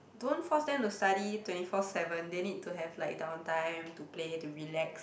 don't force them to study twenty four seven they need to have like downtime to play to relax